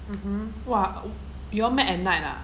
mmhmm !wah! you all met at night ah